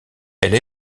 elle